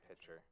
pitcher